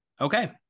Okay